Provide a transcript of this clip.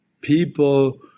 people